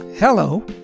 Hello